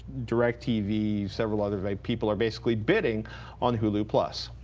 directv, several others, like people are basically bidding on hulu plus.